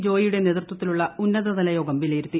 ജോയിയുടെ നേതൃത്വത്തിലുള്ള ഉന്നതതല യോഗം വിലയിരുത്തി